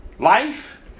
Life